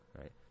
right